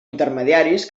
intermediaris